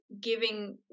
giving